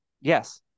Yes